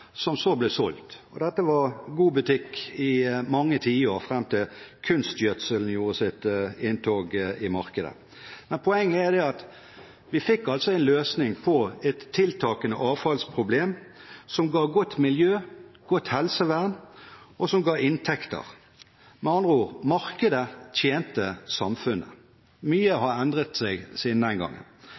som så ble solgt. Dette var god butikk i mange tiår fram til kunstgjødselen gjorde sitt inntog i markedet. Poenget er at vi fikk en løsning på et tiltagende avfallsproblem, som ga godt miljø, godt helsevern, og som ga inntekter. Med andre ord: Markedet tjente samfunnet. Mye har endret seg siden den